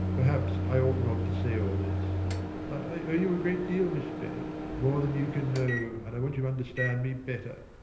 perhaps, i ought not to say all this but i owe you a great deal, miss bennet more than you can know and i want you to understand me better.